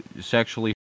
sexually